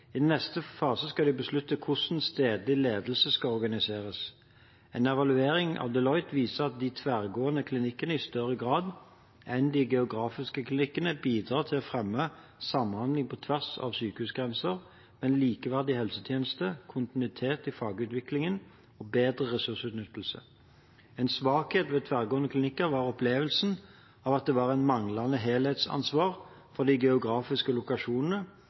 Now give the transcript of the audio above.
I neste fase skal de beslutte hvordan stedlig ledelse skal organiseres. En evaluering av Deloitte viser at de tverrgående klinikkene i større grad enn de geografiske klinikkene bidrar til å fremme samhandling på tvers av sykehusgrenser, mer likeverdige helsetjenester, kontinuitet i fagutviklingen og bedre ressursutnyttelse. En svakhet ved tverrgående klinikker var opplevelsen av at det var et manglende helhetsansvar for de ulike geografiske lokasjonene,